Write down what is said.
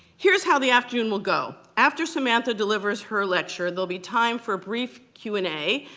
here's how the afternoon will go. after samantha delivers her lecture, there'll be time for a brief q and a.